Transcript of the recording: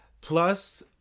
Plus